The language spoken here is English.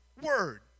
word